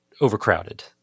overcrowded